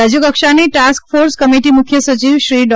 રાજ્ય કક્ષાની task force committee મુખ્ય સચિવ શ્રી ડૉ